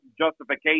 justification